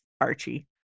Archie